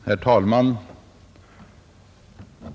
Herr talman!